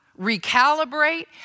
recalibrate